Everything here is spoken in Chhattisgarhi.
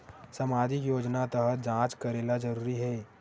सामजिक योजना तहत जांच करेला जरूरी हे